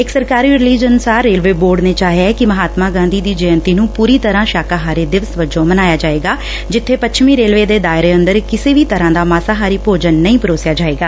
ਇਕ ਸਰਕਾਰੀ ਰਿਲੀਜ ਅਨੁਸਾਰ ਰੇਲਵੇ ਬੋਰਡ ਨੇ ਚਾਹਿਐ ਕਿ ਮਹਾਤਮਾ ਗਾਂਧੀ ਦੀ ਜੈਯੰਤੀ ਨੂੰ ਪੁਰੀ ਤਰ੍ਾਂ ਸ਼ਾਕਾਹਾਰੀ ਦਿਵਸ ਵਜੋਂ ਮਨਾਇਆ ਜਾਵੇਗਾ ਜਿੱਬੇ ਪੱਛਮੀ ਰੇਲਵੇ ਦੇ ਦਾਇਰੇ ਅੰਦਰ ਕਿਸੇ ਵੀ ਤਰ੍ਾਂ ਦਾ ਮਾਸਾਹਾਰੀ ਭੋਜਨ ਨਹੀਂ ਪਰੋਸਿਆ ਜਾਵੇਗਾ